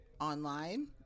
online